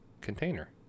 container